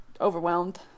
overwhelmed